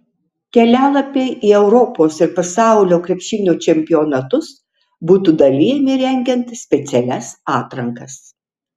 kelialapiai į europos ir pasaulio krepšinio čempionatus būtų dalijami rengiant specialias atrankas